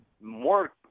more